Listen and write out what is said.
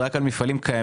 זה רק על מפעלים קיימים?